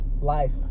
life